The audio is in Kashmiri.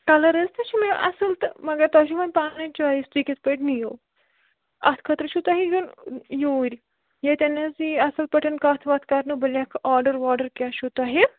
کَلَر حظ تہِ چھُ مےٚ اَصٕل تہٕ مگر تۄہہِ چھُو وَنۍ پَنٕنۍ چویِس تُہۍ کِتھ پٲٹھۍ نِیو اَتھ خٲطرٕ چھُ تۄہہِ یُن یوٗرۍ ییٚتٮ۪ن حظ یہِ اَصٕل پٲٹھۍ کَتھ وَتھ کَرنہٕ بہٕ لٮ۪کھٕ آرڈَر واڈَر کیٛاہ چھُو تۄہہِ